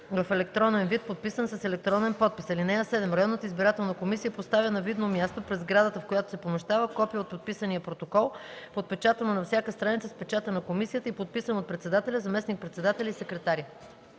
в електронен вид, подписан с електронен подпис. (7) Районната избирателна комисия поставя на видно място пред сградата, в която се помещава, копие от подписания протокол, подпечатано на всяка страница с печата на комисията и подписано от председателя, заместник-председателя и секретаря.”